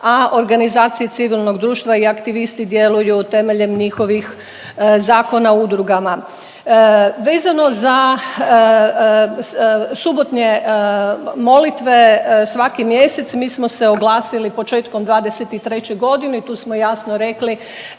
a organizacije civilnog društva i aktivisti djeluju temeljem njihovih Zakona o udrugama. Vezano za subotnje molitve svaki mjesec, mi smo se oglasili početkom '23. godine i tu smo jasno rekli